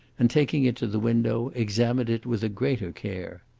and, taking it to the window, examined it with a greater care.